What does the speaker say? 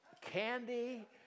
candy